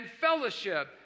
fellowship